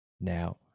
Now